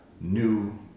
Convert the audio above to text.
new